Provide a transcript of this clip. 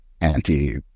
anti